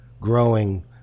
growing